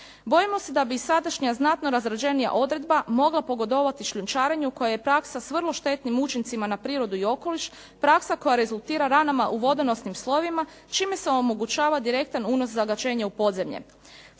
Bojimo se da bi i sadašnja znatno razrađenija odredba mogla pogodovati šljunčarenju koje je praksa sa vrlo štetnim učincima na prirodu i okoliš, praksa koja rezultira ranama u vodonosnim slojevima čime se omogućava direktan unos zagađenja u podzemlje.